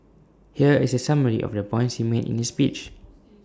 here is A summary of the points he made in the speech